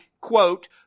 Quote